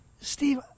Steve